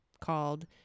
called